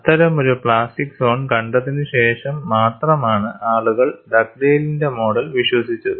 അത്തരമൊരു plastic zone കണ്ടതിനുശേഷം മാത്രമാണ് ആളുകൾ ഡഗ്ഡെയ്ലിന്റെ മോഡൽ Dugdale's model വിശ്വസിച്ചത്